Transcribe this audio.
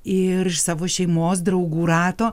ir iš savo šeimos draugų rato